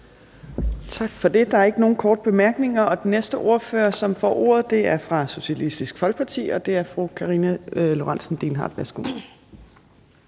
Tak for det. Der er ikke nogen korte bemærkninger, og den næste ordfører, som får ordet, er fra Socialistisk Folkeparti, og det er fru Karina Lorentzen Dehnhardt. Værsgo.